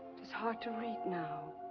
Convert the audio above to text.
it is hard to read now.